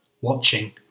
Watching